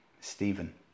Stephen